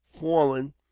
fallen